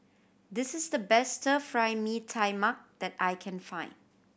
this is the best Stir Fry Mee Tai Mak that I can find